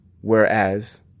whereas